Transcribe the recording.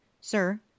Sir